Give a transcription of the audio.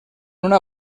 una